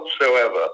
whatsoever